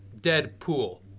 Deadpool